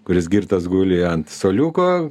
kuris girtas guli ant suoliuko